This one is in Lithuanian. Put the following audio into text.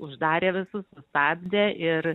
uždarė visus sustabdė ir